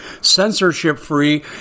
censorship-free